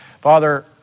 Father